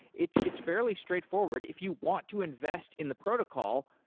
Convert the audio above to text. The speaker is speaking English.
it's it's fairly straightforward. if you want to invest in the protocol,